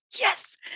yes